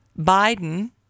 Biden